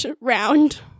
round